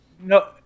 no